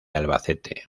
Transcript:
albacete